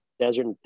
desert